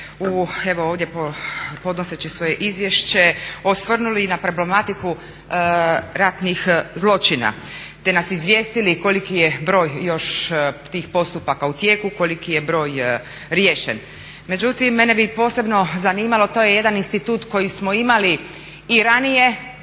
evo ovdje podnoseći svoje izvješće osvrnuli i na problematiku ratnih zločina te nas izvijestili koliki je broj još tih postupaka u tijeku, koliki je broj riješen. Međutim mene bi posebno zanimalo, to je jedan institut koji smo imali i ranije